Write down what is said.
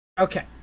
Okay